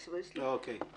אוקיי.